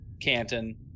Canton